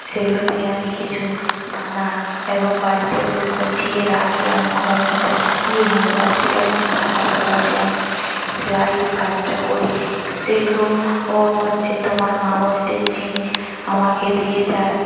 সেগুলো দিয়ে আমি কিছু বানাই এবং বাড়িতে ওগুলো গুছিয়ে রাখি আমি ঘর গোছাতে খুবই ভালোবাসি এবং তার পাশাপাশি আমি সেলাইয়ের কাজটা করি যেগুলো ও হচ্ছে তোমার মা বোনেদের জিনিস আমাকে দিয়ে যায়